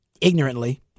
ignorantly